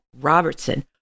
Robertson